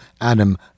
Adam